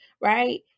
right